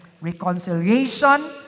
Reconciliation